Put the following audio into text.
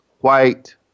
white